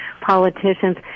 politicians